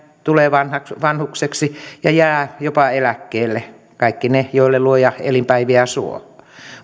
tulee vanhukseksi ja jää jopa eläkkeelle kaikki ne joille luoja elinpäiviä suo